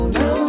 no